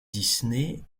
disney